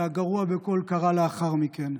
והגרוע מכול קרה לאחר מכן.